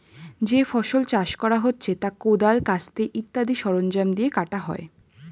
যে ফসল চাষ করা হচ্ছে তা কোদাল, কাস্তে ইত্যাদি সরঞ্জাম দিয়ে কাটা হয়